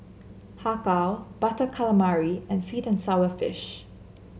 Har Kow Butter Calamari and sweet and sour fish